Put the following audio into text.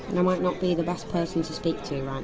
and i might not be the best person to speak to um